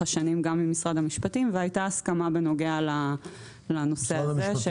השנים גם עם משרד המשפטים והייתה הסכמה בנוגע לנושא הזה.